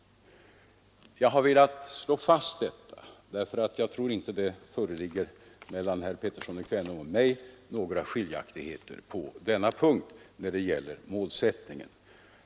Jag har velat slå fast detta, eftersom jag inte tror att det mellan herr Pettersson i Kvänum och mig föreligger några skiljaktigheter på denna punkt när det gäller målsättningen.